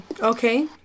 okay